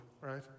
right